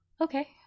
Okay